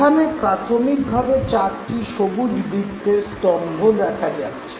এখানে প্রাথমিকভাবে চারটি সবুজ বৃত্তের স্তম্ভ দেখা যাচ্ছে